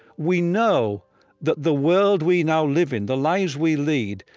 we know that the world we now live in, the lives we lead,